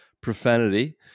profanity